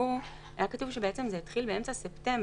שצורפו היה כתוב שזה בעצם התחיל באמצע ספטמבר.